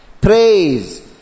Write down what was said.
Praise